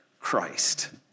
Christ